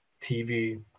tv